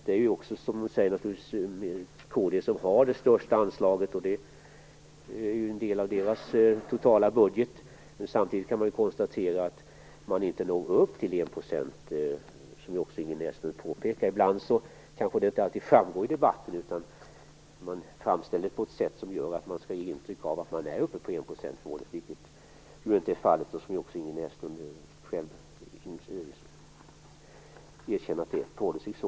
Det är kd som föreslår det största anslaget, och det är en del av dess totala budget. Samtidigt kan man konstatera att man inte når upp till 1 %, som Inger Näslund också påpekar. Ibland kanske det inte alltid framgår i debatten. Man framställer det på ett sätt som skall ge intryck av att man har nått upp till enprocentsmålet, vilket ju inte är fallet, och Ingrid Näslund erkänner själv att det förhåller sig så.